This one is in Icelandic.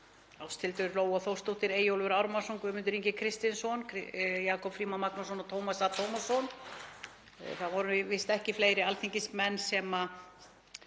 Ásthildur Lóa Þórsdóttir, Eyjólfur Ármannsson, Guðmundur Ingi Kristinsson, Jakob Frímann Magnússon og Tómas A. Tómasson. Það voru víst ekki fleiri alþingismenn sem